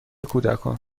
کودکان